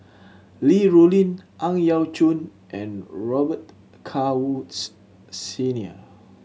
Li Rulin Ang Yau Choon and Robet Carr Woods Senior